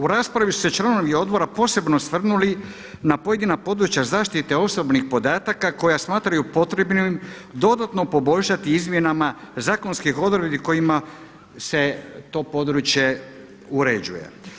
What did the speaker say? U raspravi su se članovi odbora posebno osvrnuli na pojedina područja zaštite osobnih podataka koja smatraju potrebnim dodano poboljšati izmjenama zakonskih odredbi kojima se to područje uređuje.